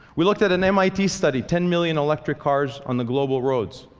we looked at an mit study ten million electric cars on the global roads.